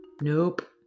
Nope